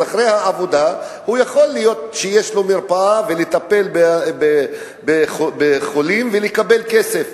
אז אחרי העבודה יכול להיות שיש לו מרפאה והוא יטפל בחולים ויקבל כסף.